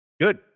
Good